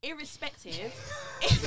Irrespective